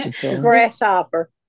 Grasshopper